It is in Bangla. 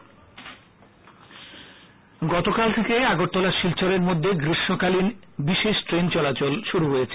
বিশেষ ট্রেন গতকাল থেকে আগরতলা শিলচরের মধ্যে গ্রীষ্মকালীন বিশেষ ট্রেন চলাচল শুরু হয়েছে